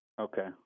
Okay